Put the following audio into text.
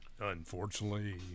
Unfortunately